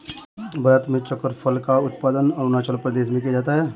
भारत में चक्रफूल का उत्पादन अरूणाचल प्रदेश में किया जाता है